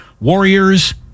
Warriors